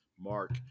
Mark